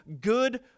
good